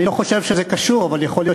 אני לא חושב שזה קשור אבל יכול להיות